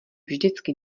vždycky